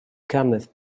cometh